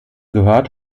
gehört